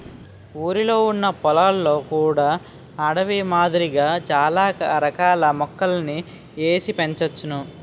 ఊరిలొ ఉన్న పొలంలో కూడా అడవి మాదిరిగా చాల రకాల మొక్కలని ఏసి పెంచోచ్చును